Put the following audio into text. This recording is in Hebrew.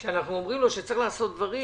כשאנחנו אומרים לו שצריך לעשות דברים,